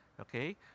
Okay